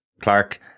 Clark